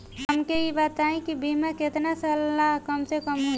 हमके ई बताई कि बीमा केतना साल ला कम से कम होई?